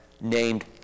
named